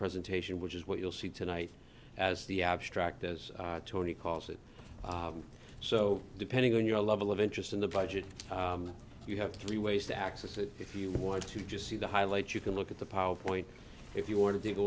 presentation which is what you'll see tonight as the abstract as tony calls it so depending on your level of interest in the budget you have three ways to access it if you want to just see the highlights you can look at the power point if you order to